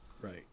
right